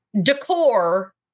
decor